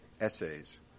essays